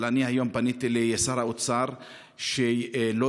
אבל אני היום פניתי לשר האוצר שלא